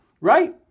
right